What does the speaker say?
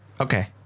okay